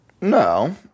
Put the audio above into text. No